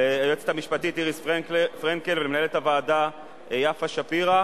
ליועצת המשפטית איריס פרנקל ולמנהלת הוועדה יפה שפירא.